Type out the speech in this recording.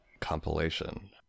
compilation